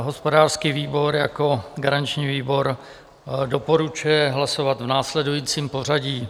Hospodářský výbor jako garanční výbor doporučuje hlasovat v následujícím pořadí.